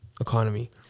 economy